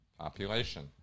population